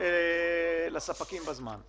לספקים בזמן.